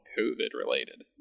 COVID-related